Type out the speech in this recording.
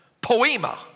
poema